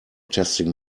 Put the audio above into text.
testing